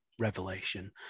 revelation